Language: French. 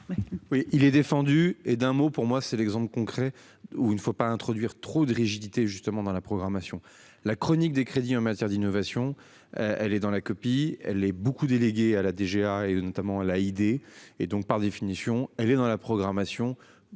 Oui il est défendu et d'un mot pour moi, c'est l'exemple concret où il ne faut pas introduire trop de rigidité justement dans la programmation. La chronique des crédits en matière d'innovation. Elle est dans la copie, elle est beaucoup délégué à la DGA et notamment la idée et donc par définition elle est dans la programmation.